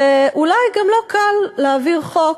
אולי גם לא קל להעביר חוק